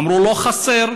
אמרו: לא חסר,